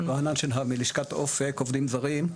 רענן שנהב מלשכת אופק רגב עובדים זרים.